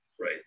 right